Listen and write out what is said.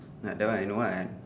ya that one I know what I am